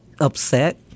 upset